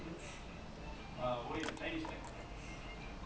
daily early வேல:vaela I think he barely even played this season